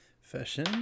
Fashion